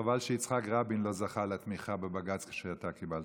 חבל שיצחק רבין לא זכה לתמיכה בבג"ץ שאתה קיבלת,